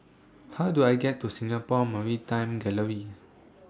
How Do I get to Singapore Maritime Gallery